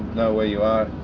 know where you are,